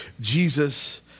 Jesus